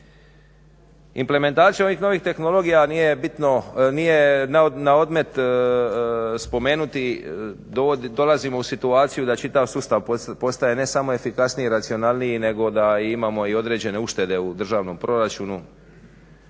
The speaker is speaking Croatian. Implementacijom ovih novih tehnologija nije na odmet spomenuti, dolazimo u situaciju da čitav sustav postaje ne samo efikasniji i racionalniji nego da imamo i određene uštede u državnom proračunu.